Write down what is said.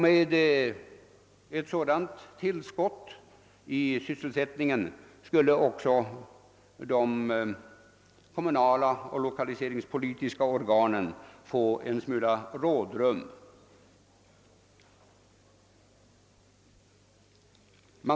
Med ett sådant tillskott till sysselsättningen skulle också de kommunala och lokaliseringspolitiska organen få en smula rådrum.